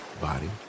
body